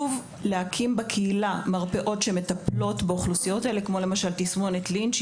להקים בקהילה מרפאות שמטפלות באוכלוסיות עם תסמונת לינץ',